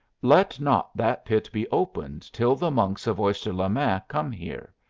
let not that pit be opened till the monks of oyster-le-main come here.